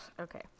okay